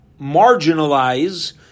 marginalize